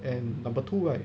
and number two right